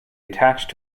attached